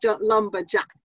Lumberjack